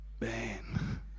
man